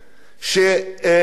שהכתובת על הקיר.